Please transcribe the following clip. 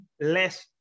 less